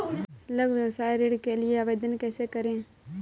लघु व्यवसाय ऋण के लिए आवेदन कैसे करें?